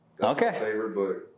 Okay